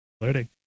flirting